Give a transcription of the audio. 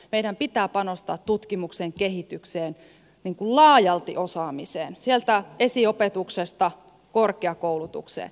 meidän pitää panostaa tutkimukseen kehitykseen laajalti osaamiseen sieltä esiopetuksesta korkeakoulutukseen